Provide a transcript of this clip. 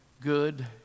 good